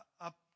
up